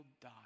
die